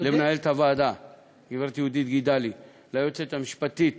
למנהלת הוועדה גברת יהודית גידלי, ליועצת המשפטית